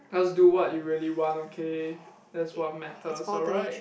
just do what you really want okay that's what matters alright